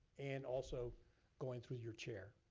and also going through your chair.